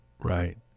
right